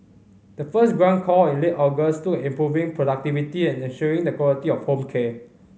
the first grant call in late August looked at improving productivity and ensuring the quality of home care